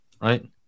right